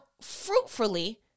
fruitfully